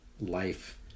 life